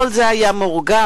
כל זה היה מורגש,